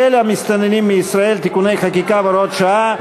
מסתננים מישראל (תיקוני חקיקה והוראות שעה),